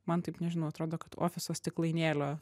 man taip nežinau atrodo kad ofiso stiklainėlio